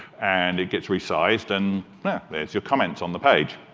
and it gets resized, and there's your comments on the page.